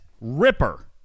Ripper